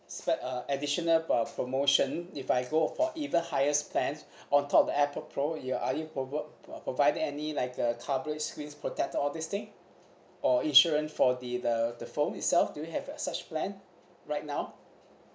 spec~ uh additional uh promotion if I go for even higher plan on top of the airpod pro you are are you provo~ providing any like a coverage screens protecter all these thing or insurance for the the the phone itself do you have a such plan right now